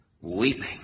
Weeping